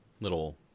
little